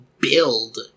build